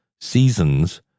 seasons